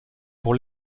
pour